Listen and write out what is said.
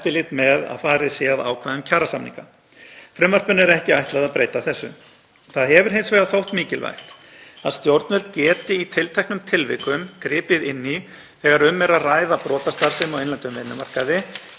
er ekki ætlað að breyta þessu. Það hefur hins vegar þótt mikilvægt að stjórnvöld geti í tilteknum tilvikum gripið inn í þegar um er að ræða brotastarfsemi á innlendum vinnumarkaði,